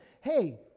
hey